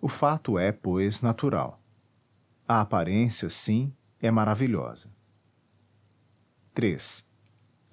o fato é pois natural a aparência sim é maravilhosa iii